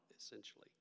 essentially